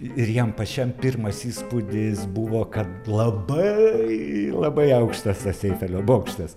ir jam pačiam pirmas įspūdis buvo kad labai labai aukštas tas eifelio bokštas